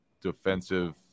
defensive